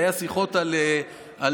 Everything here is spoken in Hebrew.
היו שיחות בנושא,